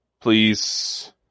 Please